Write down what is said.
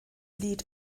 lied